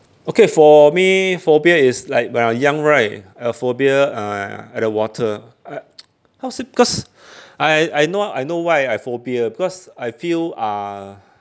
okay for me phobia is like when I'm young right a phobia uh at the water I how to say because I I know I know why I phobia because I feel uh